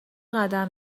قدم